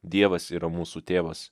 dievas yra mūsų tėvas